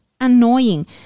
annoying